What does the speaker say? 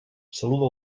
saluda